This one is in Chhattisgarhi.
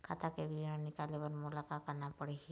खाता के विवरण निकाले बर मोला का करना पड़ही?